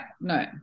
no